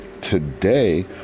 today